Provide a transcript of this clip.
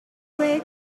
worked